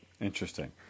Interesting